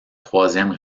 troisième